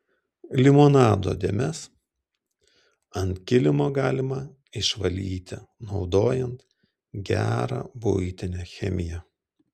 limonado dėmes ant kilimo galima išvalyti naudojant gerą buitinę chemiją